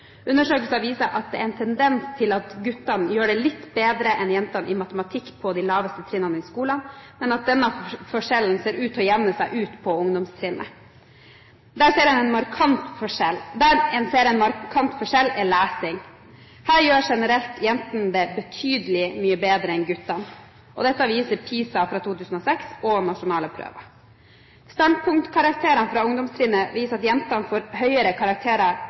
Undersøkelsen viser at det er en tendens til at guttene gjør det litt bedre enn jentene i matematikk på de laveste trinnene i skolen, men at denne forskjellen ser ut til å jevne seg ut på ungdomstrinnet. Der en ser en markant forskjell, er i lesing. Her gjør jentene det generelt betydelig bedre enn guttene. Dette viser PISA fra 2006 og nasjonale prøver. Standpunktkarakterene fra ungdomstrinnet viser at